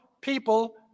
people